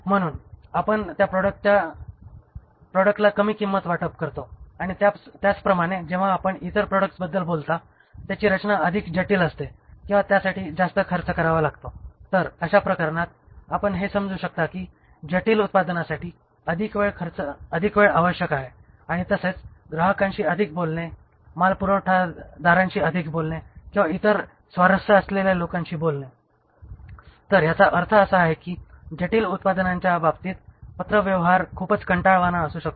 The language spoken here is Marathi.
म्हणून आपण त्या प्रॉडक्टला कमी किंमत वाटप करतो आणि त्याचप्रमाणे जेव्हा आपण इतर प्रॉडक्ट्सबद्दल बोलता ज्यांची रचना अधिक जटिल असते किंवा ज्यासाठी जास्त खर्च करावा लागतो तर अशा प्रकरणात आपण हे समजू शकता की जटिल उत्पादनासाठी अधिक वेळ आवश्यक आहे आणि तसेच ग्राहकांशी अधिक बोलणे माल पुरवठादारांशी अधिक बोलणे किंवा इतर स्वारस्य असलेल्या लोकांशी बोलणे तर याचा अर्थ असा आहे की जटिल उत्पादनांच्या बाबतीत पत्रव्यवहार खूपच कंटाळवाणा असू शकतो